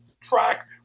track